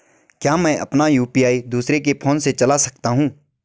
क्या मैं अपना यु.पी.आई दूसरे के फोन से चला सकता हूँ?